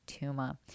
Tuma